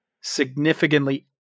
significantly